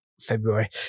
February